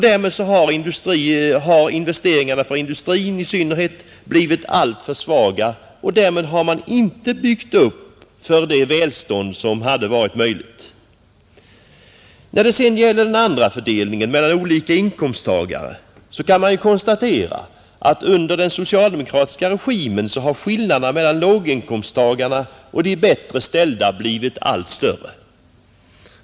Därmed har investeringarna, i synnerhet inom industrin, blivit alltför svaga och därmed har man inte byggt upp för det välstånd som hade varit möjligt. När det sedan gäller den andra fördelningen — mellan olika inkomsttagare — kan man konstatera att under den socialdemokratiska regimen har skillnaderna mellan låginkomsttagarna och de bättre ställda blivit allt större.